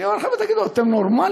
אני אומר, חבר'ה, אתם נורמליים?